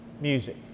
music